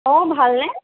অ ভালনে